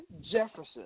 Jefferson